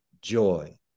joy